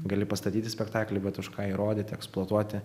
gali pastatyti spektaklį bet už ką jį rodyti eksploatuoti